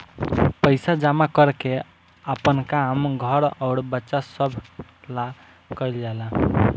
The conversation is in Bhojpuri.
पइसा जमा कर के आपन काम, घर अउर बच्चा सभ ला कइल जाला